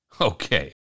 Okay